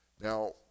Now